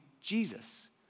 Jesus